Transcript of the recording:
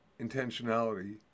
intentionality